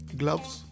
gloves